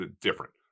different